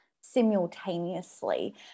simultaneously